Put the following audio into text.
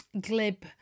glib